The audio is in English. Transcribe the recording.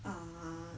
ah